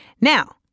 Now